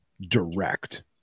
direct